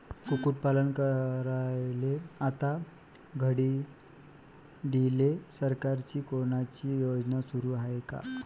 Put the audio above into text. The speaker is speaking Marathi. कुक्कुटपालन करायले आता घडीले सरकारची कोनची योजना सुरू हाये का?